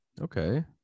Okay